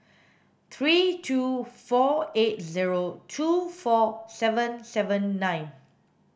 three two four eight zero two four seven seven nine